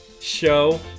show